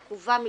ממש עקובה מדם.